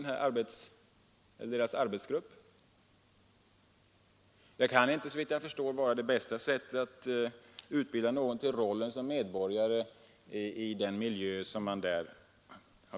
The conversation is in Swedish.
Den miljö som man där har velat beskriva kan inte, såvitt jag förstår, vara den bästa för att utbilda någon till rollen som medborgare.